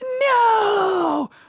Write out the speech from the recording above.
no